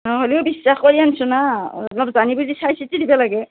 হলিও বিশ্বাস কৰি আন্ছোঁ না অলপ জানি বুজি চাই চিতি দিবা লাগে